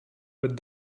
with